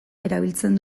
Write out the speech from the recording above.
erabiltzen